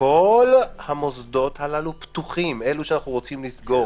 כל המוסדות הללו שאנחנו רוצים לסגור